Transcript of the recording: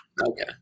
Okay